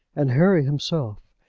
and harry himself,